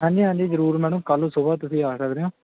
ਹਾਂਜੀ ਹਾਂਜੀ ਜ਼ਰੂਰ ਮੈਡਮ ਕੱਲ੍ਹ ਨੂੰ ਸੁਬਾਹ ਤੁਸੀਂ ਆ ਸਕਦੇ ਹੋ